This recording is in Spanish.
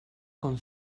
con